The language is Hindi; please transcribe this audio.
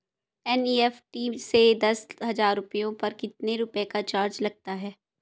एन.ई.एफ.टी से दस हजार रुपयों पर कितने रुपए का चार्ज लगता है?